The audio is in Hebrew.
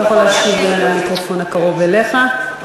אתה יכול לגשת למיקרופון הקרוב אליך.